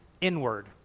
inward